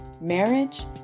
marriage